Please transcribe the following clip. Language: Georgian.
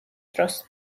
დროს